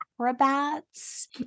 acrobats